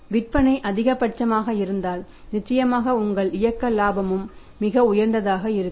விற்பனை அதிகபட்சமாக இருந்தால் நிச்சயமாக உங்கள் இயக்க இலாபமும் மிக உயர்ந்ததாக இருக்கும்